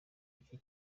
icyo